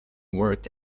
worked